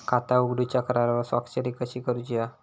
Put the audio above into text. खाता उघडूच्या करारावर स्वाक्षरी कशी करूची हा?